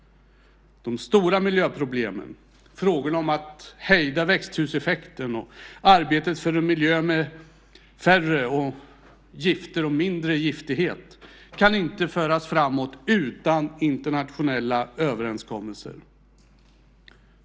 De stora miljöproblemen, frågorna om att hejda växthuseffekten och arbetet för en miljö med färre gifter och mindre giftighet kan inte föras framåt utan internationella överenskommelser.